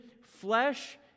flesh